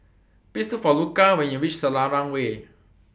Please Look For Luca when YOU REACH Selarang Way